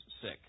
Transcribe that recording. sick